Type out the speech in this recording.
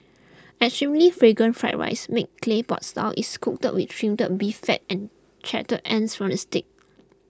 extremely Fragrant Fried Rice made Clay Pot Style is cooked up with Trimmed Beef Fat and charred ends from the steak